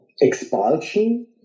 expulsion